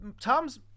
Tom's